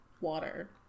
water